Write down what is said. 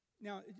Now